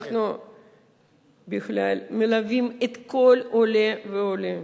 אנחנו בכלל מלווים כל עולה ועולה.